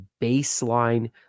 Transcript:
baseline